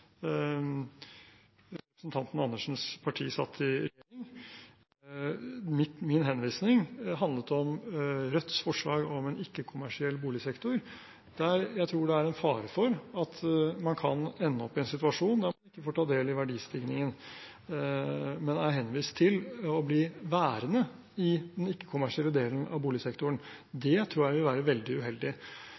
representanten Andersens parti satt i regjering. Min henvisning handlet om Rødts forslag om en ikke-kommersiell boligsektor. Jeg tror det er en fare for at man kan ende opp i en situasjon der man ikke får ta del i verdistigningen, men er henvist til å bli værende i den ikke-kommersielle delen av boligsektoren. Det tror jeg vil være veldig uheldig.